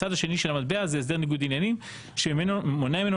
הצד השני של המטבע הוא הסדר ניגוד עניינים שמונע ממנו